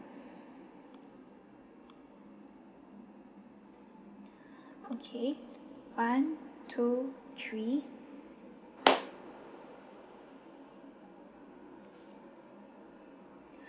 okay one two three